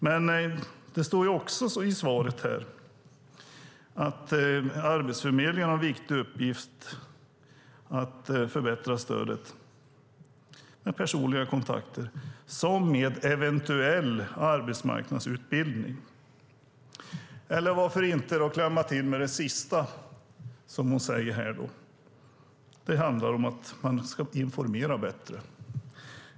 Men det står också i svaret att Arbetsförmedlingen har en viktig uppgift att förbättra stödet såväl med personliga kontakter som med eventuell arbetsmarknadsutbildning. Eller varför inte klämma till med det sista som hon säger i svaret, att det handlar om att man ska informera bättre?